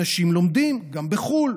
אנשים לומדים גם בחו"ל.